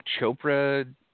Chopra